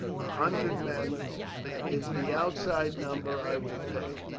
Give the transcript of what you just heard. a hundred men is the outside number i will take.